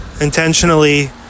intentionally